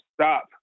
stop